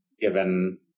given